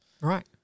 Right